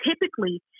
typically